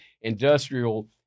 industrial